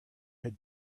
had